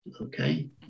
Okay